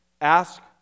Ask